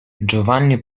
giovanni